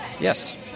Yes